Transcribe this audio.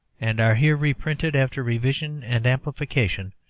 and are here reprinted, after revision and amplification,